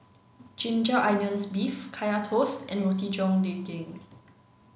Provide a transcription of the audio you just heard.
ginger onions beef kaya toast and Roti John Daging